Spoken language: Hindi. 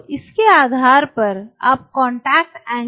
तो इसके आधार पर आप कांटेक्ट एंगल को मापते हैं